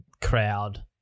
crowd